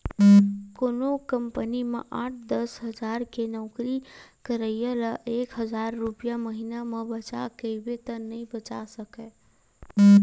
कोनो कंपनी म आठ, दस हजार के नउकरी करइया ल एक हजार रूपिया महिना म बचा कहिबे त नइ बचा सकय